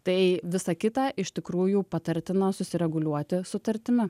tai visa kita iš tikrųjų patartina susireguliuoti sutartimi